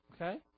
Okay